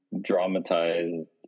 dramatized